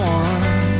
one